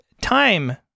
time